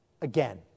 again